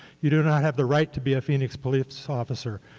you do not have the right to be a phoenix police officer.